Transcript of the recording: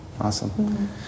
awesome